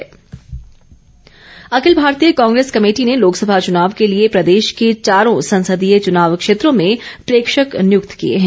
नियुक्ति अखिल भारतीय कांग्रेस कमेटी ने लोकसभा चुनाव के लिए प्रदेश के चारों संसदीय चुनाव क्षेत्रों में प्रेक्षक नियुक्त किए हैं